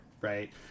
Right